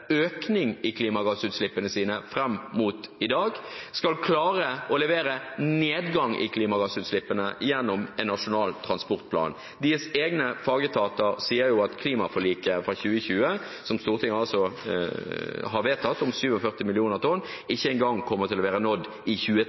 økning av klimagassutslippene fram til i dag, skal klare å levere nedgang i klimagassutslippene gjennom en nasjonal transportplan. Deres egne fagetater sier jo at klimaforlikets mål for 2020 om 47 mill. tonn utslipp, som Stortinget har vedtatt, ikke kommer til å bli nådd i